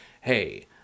Hey